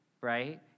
right